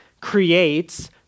creates